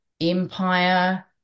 empire